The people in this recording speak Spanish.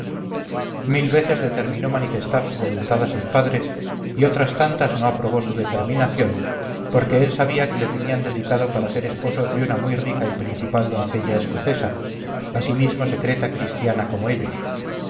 mil veces determinó manifestar su voluntad a sus padres y otras tantas no aprobó su determinación porque él sabía que le tenían dedicado para ser esposo de una muy rica y principal doncella escocesa asimismo secreta christiana como ellos